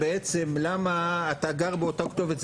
ואז אתה צריך לבוא ולהסביר בעצם למה אתה גר באותה כתובת.